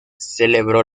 celebró